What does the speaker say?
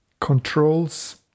controls